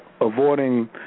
avoiding